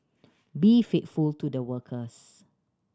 be faithful to the workers